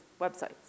websites